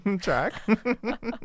track